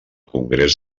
congrés